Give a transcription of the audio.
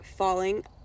Falling